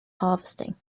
harvesting